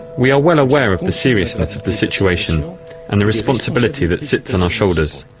we are well aware of the seriousness of the situation and the responsibility that sits on our shoulders.